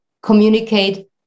communicate